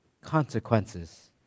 consequences